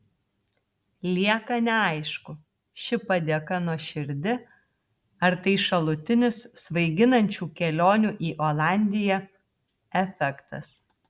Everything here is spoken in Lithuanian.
lieka neaišku ši padėka nuoširdi ar tai šalutinis svaiginančių kelionių į olandiją efektas